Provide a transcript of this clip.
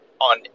on